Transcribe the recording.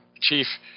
Chief